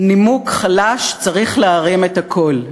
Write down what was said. נימוק חלש, צריך להרים את הקול.